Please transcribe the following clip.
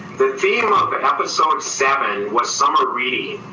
the theme of ah episode seven was summer reading.